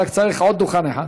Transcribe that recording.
רק צריך עוד דוכן אחד.